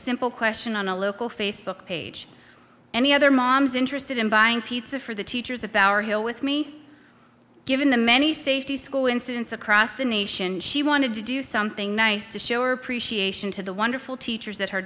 simple question on a local facebook page any other mom's interested in buying pizza for the teachers if our hill with me given the many safety school incidents across the nation she wanted to do something nice to show our appreciation to the wonderful teachers at her